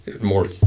more